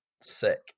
Sick